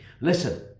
Listen